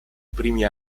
primi